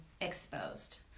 exposed